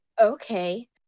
Okay